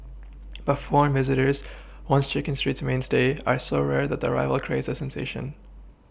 but foreign visitors once chicken street's mainstay are so rare that their arrival creates a sensation